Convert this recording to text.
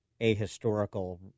ahistorical